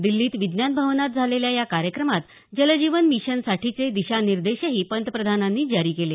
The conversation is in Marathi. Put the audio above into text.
दिल्लीत विज्ञान भवनात झालेल्या या कार्यक्रमात जलजीवन मिशनसाठीचे दिशानिर्देशही पंतप्रधानांनी जारी केले